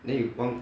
then you won't